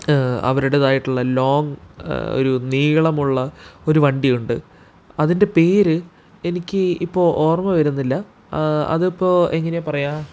അവരുടേതായിട്ടുള്ള ലോങ്ങ് ഒരു നീളമുള്ള ഒരു വണ്ടിയുണ്ട് അതിൻ്റെ പേര് എനിക്ക് ഇപ്പോൾ ഓർമ്മ വരുന്നില്ല അതിപ്പോൾ എങ്ങനെയാണ് പറയുക